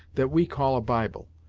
that we call a bible,